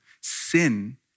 Sin